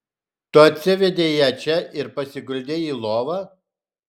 tu atsivedei ją čia ir pasiguldei į lovą